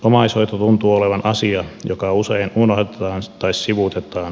omaishoito tuntuu olevan asia joka usein unohdetaan tai sivuutetaan